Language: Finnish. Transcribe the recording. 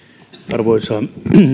arvoisa